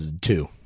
Two